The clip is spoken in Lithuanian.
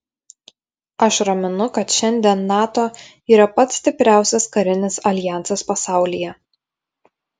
aš raminu kad šiandien nato yra pats stipriausias karinis aljansas pasaulyje